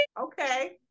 Okay